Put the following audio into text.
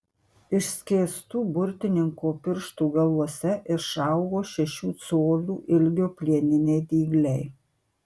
išskėstų burtininko pirštų galuose išaugo šešių colių ilgio plieniniai dygliai